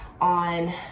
on